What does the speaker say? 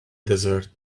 desert